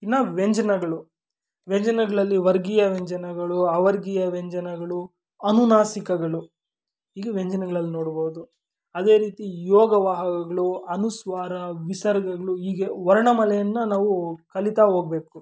ಇನ್ನು ವ್ಯಂಜನಗಳು ವ್ಯಂಜನಗಳಲ್ಲಿ ವರ್ಗೀಯ ವ್ಯಂಜನಗಳು ಅವರ್ಗೀಯ ವ್ಯಂಜನಗಳು ಅನುನಾಸಿಕಗಳು ಈಗ ವ್ಯಂಜನಗಳಲ್ಲಿ ನೋಡ್ಬೋದು ಅದೇ ರೀತಿ ಯೋಗವಾಹಕಗಳು ಅನುಸ್ವಾರ ವಿಸರ್ಗಗಳು ಹೀಗೆ ವರ್ಣಮಾಲೆಯನ್ನು ನಾವು ಕಲಿತಾ ಹೋಗ್ಬೇಕು